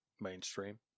Mainstream